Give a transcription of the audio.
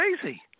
crazy